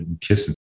kissing